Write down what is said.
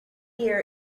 year